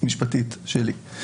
משפטית שלי.